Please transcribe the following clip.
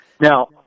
Now